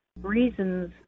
reasons